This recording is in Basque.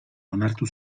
onartu